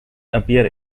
appear